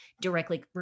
directly